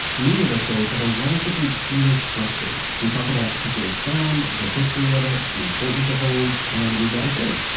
many of our shows have a relatively clear structure. we talk about a particular sound, the history of it, the importance it holds, and we've got a show.